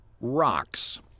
Rocks